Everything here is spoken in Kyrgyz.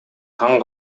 таң